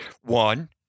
One